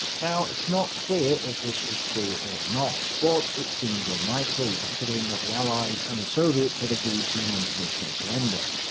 now it's not clear if this was true or not, but it seems unlikely, considering the allies and the soviets had agreed to non-conditional surrender,